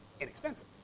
inexpensive